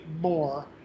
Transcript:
more